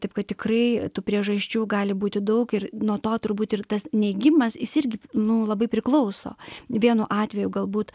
taip kad tikrai tų priežasčių gali būti daug ir nuo to turbūt ir tas neigimas jis irgi nu labai priklauso vienu atveju galbūt